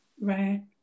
Right